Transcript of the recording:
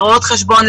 לרואות חשבון,